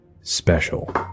special